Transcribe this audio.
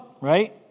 right